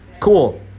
cool